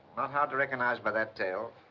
not hard to recognize by that tail.